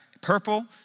purple